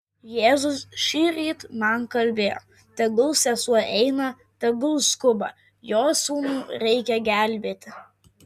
jėzus šįryt man kalbėjo tegul sesuo eina tegul skuba jos sūnų reikia gelbėti